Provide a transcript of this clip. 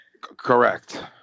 Correct